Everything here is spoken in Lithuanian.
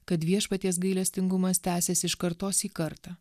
kad viešpaties gailestingumas tęsiasi iš kartos į kartą